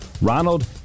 Ronald